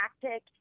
tactic